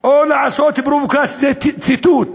או לעשות פרובוקציה, ציטוט: